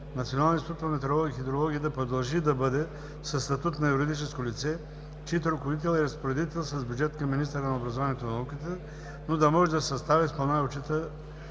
Националният институт по метеорология и хидрология да продължи да бъде със статут на юридическо лице, чийто ръководител е разпоредител с бюджет към министъра на образованието и науката, но да може да съставя, изпълнява и отчита